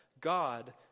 God